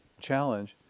challenge